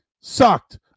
sucked